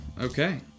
Okay